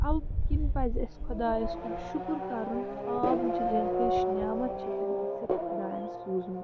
اَمہِ کِنۍ پَزِ اسہِ خۄدایَس کُن شکر کَرُن آب ہِش نعمت چھِ تٔمۍ اسہِ خۄدایَن سوٗزمٕژ